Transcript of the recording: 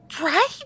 Right